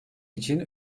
için